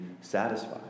satisfied